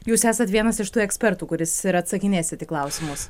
jūs esat vienas iš tų ekspertų kuris ir atsakinėsit į klausimus